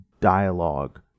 dialogue